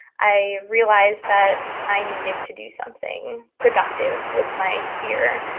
i realized that i needed to do something productive with my fear.